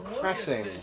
pressing